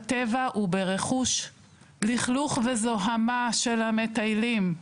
בטבע וברכוש; למנוע לכלוך וזוהמה של מטיילים,